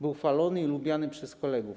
Był chwalony i lubiany przez kolegów.